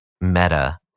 meta